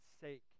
sake